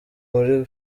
muri